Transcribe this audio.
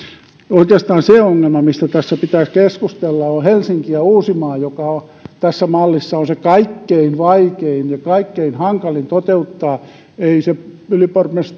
oikeastaan se ongelma mistä tässä pitäisi keskustella on helsinki ja uusimaa joka tässä mallissa on se kaikkein vaikein ja kaikkein hankalin toteuttaa ei se